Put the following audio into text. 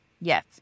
yes